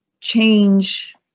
change